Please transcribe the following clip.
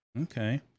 Okay